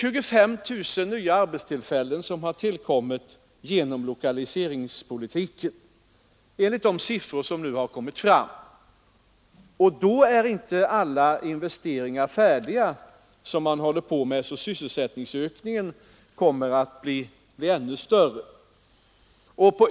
25 000 nya arbetstillfällen har tillkommit genom lokaliseringspolitiken enligt de siffror som nu kommit fram. Då är inte alla de investeringar som man håller på med färdiga, vilket betyder att sysselsättningsökningen kommer att bli ännu större.